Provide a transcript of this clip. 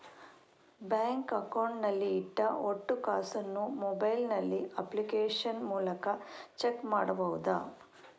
Bank account ನಲ್ಲಿ ಇಟ್ಟ ಒಟ್ಟು ಕಾಸನ್ನು ಮೊಬೈಲ್ ನಲ್ಲಿ ಅಪ್ಲಿಕೇಶನ್ ಮೂಲಕ ಚೆಕ್ ಮಾಡಬಹುದಾ?